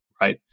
right